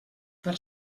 per